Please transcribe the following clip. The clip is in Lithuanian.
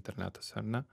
internetuose ar ne